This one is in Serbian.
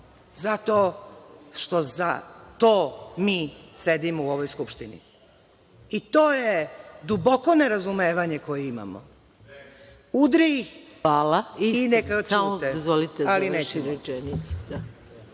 zato što za to mi sedimo u ovoj Skupštini. To je duboko nerazumevanje koje imamo. Udri ih i neka ćute.